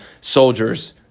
soldiers